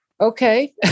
okay